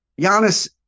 Giannis